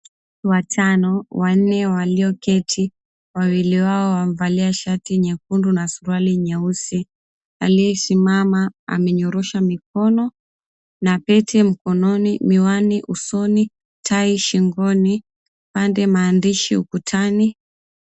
Watano wanne walioketi. Wawili wao wa𝑚𝑒valia shati nyekundu na suruali nyeusi. Aliyesimama amenyorosha mikono na pete mkononi, miwani usoni, tai shingoni, pande maandishi ukutani.